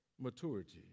maturity